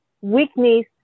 weakness